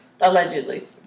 Allegedly